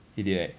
he did right